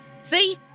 See